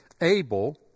Abel